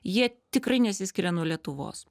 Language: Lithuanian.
jie tikrai nesiskiria nuo lietuvos